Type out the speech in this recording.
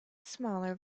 smaller